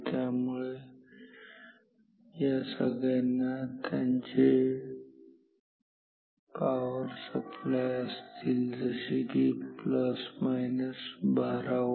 त्यामुळे या सगळ्यांना त्यांचेपावर सप्लाय असतील जसे की ±12V